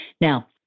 Now